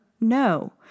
No